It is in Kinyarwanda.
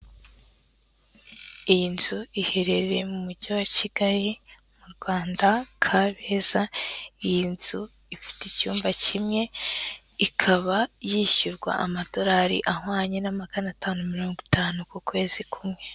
Iyi nzu iherereye mu mujyi wa Kigali mu Rwanda Kabeza, iyi nzu ifite icyumba kimwe, ikaba yishyurwa amadorari ahwanye na magana atanu mirongo itanu ku kwezi kumwe.